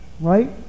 Right